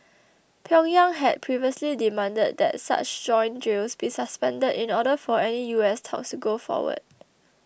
Pyongyang had previously demanded that such joint drills be suspended in order for any U S talks to go forward